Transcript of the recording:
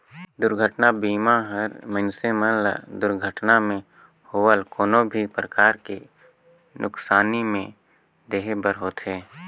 दुरघटना बीमा हर मइनसे मन ल दुरघटना मे होवल कोनो भी परकार के नुकसानी में देहे बर होथे